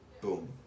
Boom